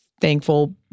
Thankful